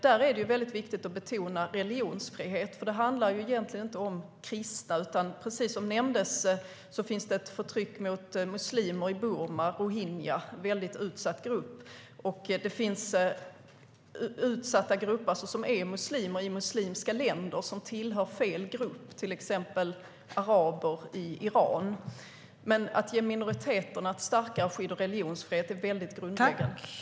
Där är det väldigt viktigt att betona religionsfrihet, för det handlar egentligen inte om kristna. Precis som nämndes finns det ett förtryck mot muslimer i Burma, rohingya. Det är en väldigt utsatt grupp. Det finns utsatta grupper som är muslimer i muslimska länder, som tillhör fel grupp, till exempel araber i Iran. Att ge minoriteterna ett starkare skydd och religionsfrihet är väldigt grundläggande.